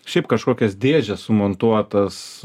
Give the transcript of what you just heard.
šiaip kažkokias dėžes sumontuotas